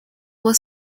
was